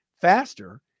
faster